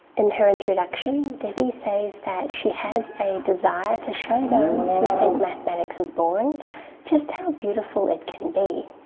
in her introduction devi says that she has a desire to show those who think mathematics is boring just how beautiful it can be.